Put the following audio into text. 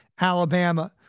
Alabama